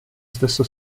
stesso